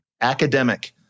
academic